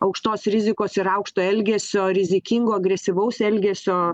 aukštos rizikos ir aukšto elgesio rizikingo agresyvaus elgesio